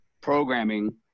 programming